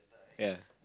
ya